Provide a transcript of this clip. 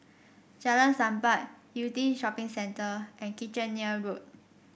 Jalan Sappan Yew Tee Shopping Centre and Kitchener Road